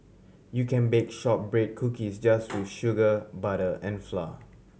you can bake shortbread cookies just with sugar butter and flour